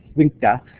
winkta,